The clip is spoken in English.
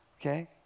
okay